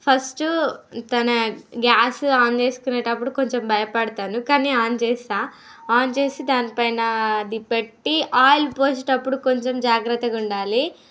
first తన gas on చేసుకునేటప్పుడు కొంచెం భయపడతాను కానీ ఆన్ చేస్తా ఆన్ చేసి దానిపైన అది పెట్టి ఆయిల్ పోసేటప్పుడు కొంచెం జాగ్రత్తగుండాలి